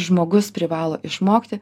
žmogus privalo išmokti